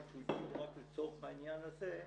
שהוא הקים רק לצורך העניין הזה,